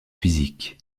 physiques